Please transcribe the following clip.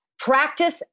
Practice